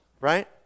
right